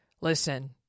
Listen